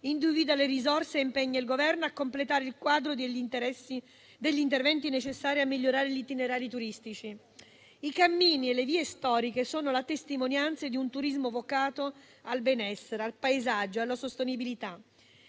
individua le risorse e impegna il Governo a completare il quadro degli interventi necessari a migliorare gli itinerari turistici. I cammini e le vie storiche sono la testimonianza di un turismo vocato al benessere, al paesaggio e alla sostenibilità,